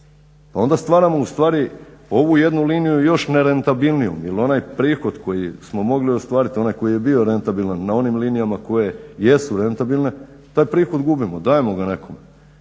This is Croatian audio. Pa onda stvaramo ustvari ovu jednu liniju još nerentabilnijom jer onaj prihod koji smo mogli ostvariti, onaj koji je bio rentabilan na onim linijama koje jesu rentabilne taj prihod gubimo, dajemo ga nekome.